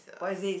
what is this